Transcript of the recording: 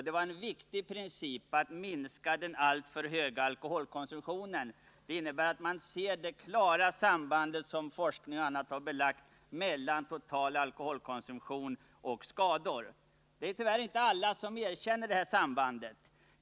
Det är en viktig princip att minska den alltför höga alkoholkonsumtionen. Det innebär att man ser det klara sambandet som forskning och annat har visat mellan total alkoholkonsumtion och skador. Det är tyvärr inte alla som erkänner det här sambandet.